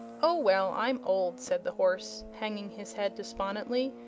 oh, well i'm old, said the horse, hanging his head despondently,